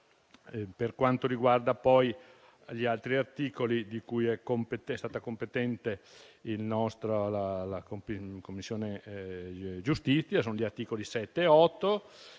Per quanto riguarda poi gli altri articoli di cui è stata competente la Commissione giustizia, vi sono gli articoli 7 e 8.